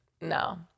No